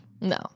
No